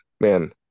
man